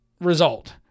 result